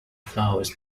flowers